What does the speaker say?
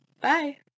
Bye